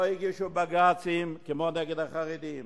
לא הגישו בג"צים כמו נגד החרדים,